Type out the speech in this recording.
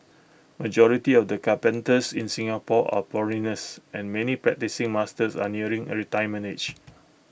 majority of the carpenters in Singapore are foreigners and many practising masters are nearing A retirement age